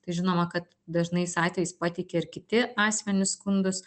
tai žinoma kad dažnais atvejais pateikia ir kiti asmenys skundus